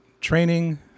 training